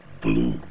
blue